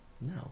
No